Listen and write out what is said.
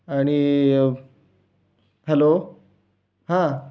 आणि हॅलो हां